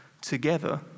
together